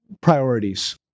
priorities